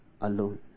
alone